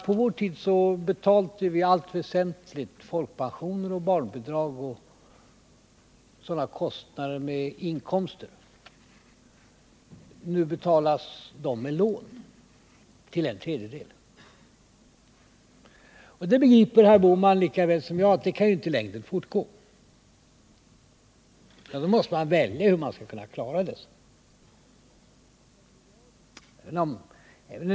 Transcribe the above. På vår tid betalade vi alla väsentliga utgifter — folkpensioner, barnbidrag osv. — med inkomster. Nu betalas de med lån till en tredjedel. Herr Bohman begriper lika väl som jag att det i längden inte kan fortgå. Man måste välja hur man skall kunna klara dessa utgifter.